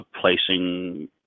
placing